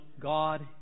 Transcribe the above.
God